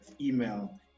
email